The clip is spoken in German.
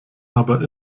aber